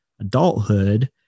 adulthood